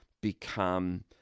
become